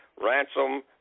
ransom